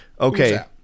Okay